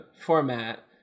format